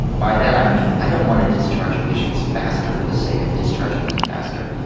by that i mean i don't want to discharge patients faster for the sake of discharging them faster,